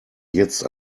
jetzt